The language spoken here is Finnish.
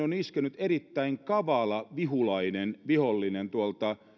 on iskenyt erittäin kavala vihulainen vihollinen tuolta